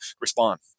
respond